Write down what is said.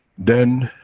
then,